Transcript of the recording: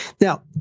Now